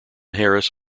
harris